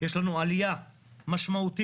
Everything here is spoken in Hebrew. יש לנו עלייה משמעותית,